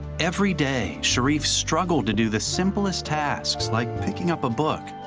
every day sharif struggled to do the simplest tasks, like picking up a book.